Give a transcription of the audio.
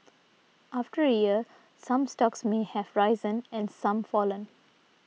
after a year some stocks may have risen and some fallen